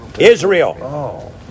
Israel